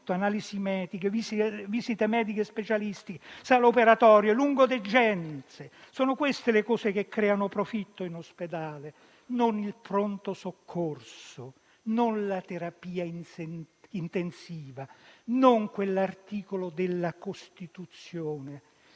analisi mediche, visite specialistiche, sale operatorie e lungodegenze. Sono queste le cose che creano profitto in ospedale: non il pronto soccorso, non la terapia intensiva, non certo quell'articolo della Costituzione